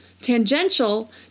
tangential